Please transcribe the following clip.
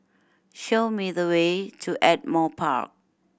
show me the way to Ardmore Park